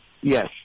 Yes